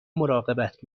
مراقبت